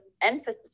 emphasis